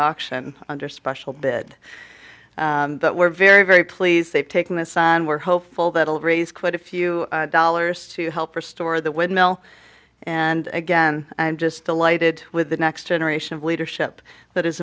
auction under special bid but we're very very pleased they've taken this and we're hopeful that will raise quite a few dollars to help restore the windmill and again i'm just delighted with the next generation of leadership that is